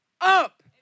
up